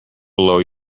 blow